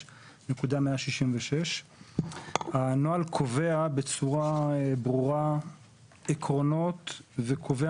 300.05.166. הנוהל קובע בצורה ברורה עקרונות וקובע